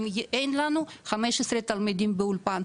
אם אין לנו 15 תלמידים באולפן,